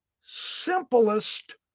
simplest